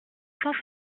cent